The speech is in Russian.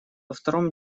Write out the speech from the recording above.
втором